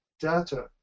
data